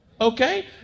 Okay